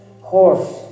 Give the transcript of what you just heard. horse